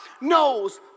knows